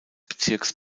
bezirks